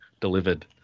delivered